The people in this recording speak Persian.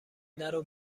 درو